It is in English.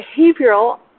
behavioral